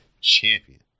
champion